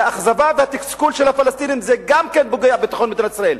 והאכזבה והתסכול של הפלסטינים גם הם פוגעים בביטחון של מדינת ישראל.